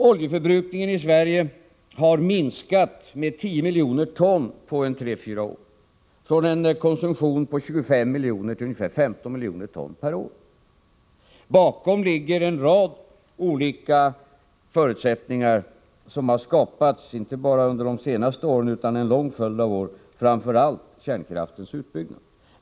Oljeförbrukningen i Sverige har minskat med 10 miljoner ton på tre fyra år, från en konsumtion på 25 miljoner till ca 15 miljoner ton per år. Bakom detta ligger en rad olika förutsättningar, som har skapats inte bara under de senaste åren utan under en lång följd av år, och det är framför allt kärnkraftens utbyggnad.